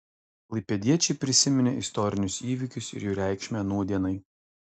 klaipėdiečiai prisiminė istorinius įvykius ir jų reikšmę nūdienai